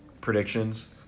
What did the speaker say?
predictions